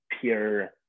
pure